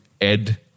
Ed